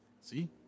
See